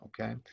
okay